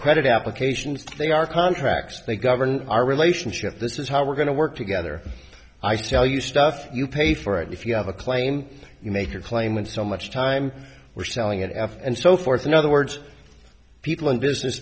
credit applications they are contracts they govern our relationship this is how we're going to work together i tell you stuff you pay for it if you have a claim you make a claim and so much time we're selling it f and so forth in other words people in business